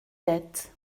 tête